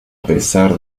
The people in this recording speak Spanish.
pesar